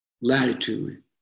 latitude